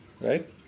right